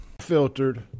Filtered